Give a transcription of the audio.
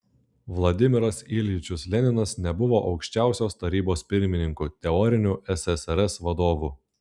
vladimiras iljičius leninas nebuvo aukščiausios tarybos pirmininku teoriniu ssrs vadovu